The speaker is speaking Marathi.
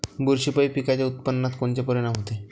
बुरशीपायी पिकाच्या उत्पादनात कोनचे परीनाम होते?